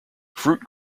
fruit